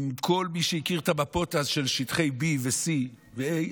לכל מי שהכיר את המפות אז של שטחי B ו-C ו-A,